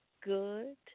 good